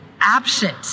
absent